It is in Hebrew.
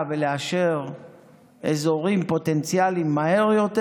ולאשר אזורים פוטנציאליים מהר יותר,